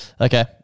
Okay